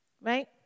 Right